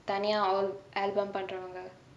தனியா:thaniyaa all album பண்றவங்கே:pandravangae